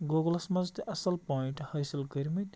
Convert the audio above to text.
گوٗگلَس مَنٛز تہِ اَصٕل پوایِنٛٹ حٲصِل کٔرۍمٕتۍ